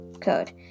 code